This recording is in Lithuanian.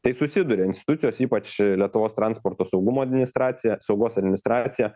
tai susiduria institucijos ypač lietuvos transporto saugumo administracija saugos administracija